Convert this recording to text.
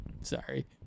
Sorry